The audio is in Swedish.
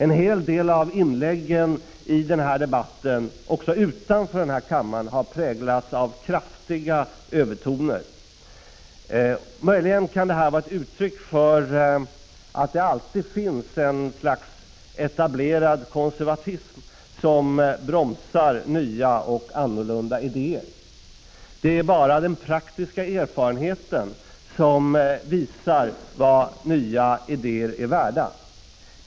En hel del av inläggen i denna debatt, också utanför riksdagens kammare, har präglats av starka övertoner. Möjligen kan detta vara ett uttryck för att det alltid finns ett slags etablerad konservatism som bromsar nya och annorlunda idéer. Det är bara den praktiska erfarenheten som visar vad nya idéer är värda.